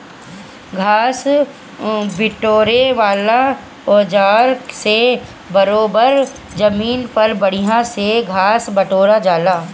घास बिटोरे वाला औज़ार से बरोबर जमीन पर बढ़िया से घास बिटोरा जाला